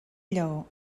lleó